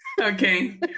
Okay